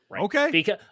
Okay